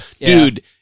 dude